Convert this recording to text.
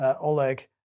Oleg